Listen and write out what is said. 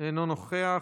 אינו נוכח,